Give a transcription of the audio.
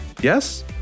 Yes